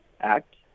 act